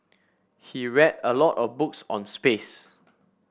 he read a lot of books on space